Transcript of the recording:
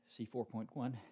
C4.1